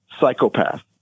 psychopath